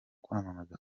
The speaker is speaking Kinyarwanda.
kwamamaza